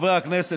חברי הכנסת,